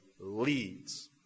leads